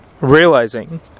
realizing